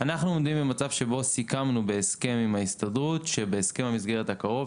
אנחנו עומדים במצב שבו סיכמנו בהסכם עם ההסתדרות שבהסכם המסגרת הקרוב,